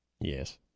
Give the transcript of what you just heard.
yes